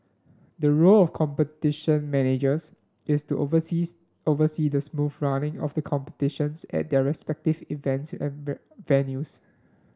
the role of the Competition Managers is to oversees oversee the smooth running of the competitions at their respective event venues